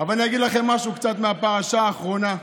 אני אגיד לכם משהו, קצת מהפרשה האחרונה,